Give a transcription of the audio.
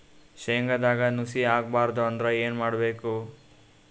ಶೇಂಗದಾಗ ನುಸಿ ಆಗಬಾರದು ಅಂದ್ರ ಏನು ಮಾಡಬೇಕು?